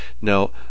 Now